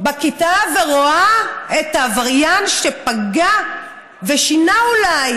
בכיתה ורואה את העבריין שפגע ושינה אולי